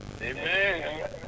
Amen